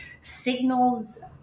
signals